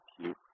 cute